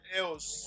else